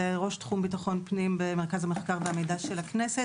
ראש תחום ביטחון פנים במרכז המחקר והמידע של הכנסת.